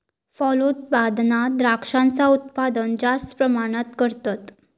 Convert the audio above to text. फलोत्पादनात द्रांक्षांचा उत्पादन जास्त प्रमाणात करतत